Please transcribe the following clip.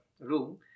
room